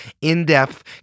in-depth